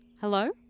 Hello